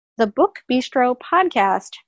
thebookbistropodcast